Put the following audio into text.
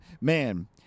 Man